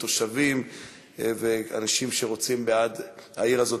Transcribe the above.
ותושבים ואנשים שהם בעד העיר הזאת,